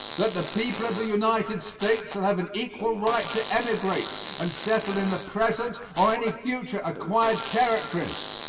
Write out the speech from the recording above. that the people of the united states shall have an equal right to emigrate and settle in the present or any future acquired territories,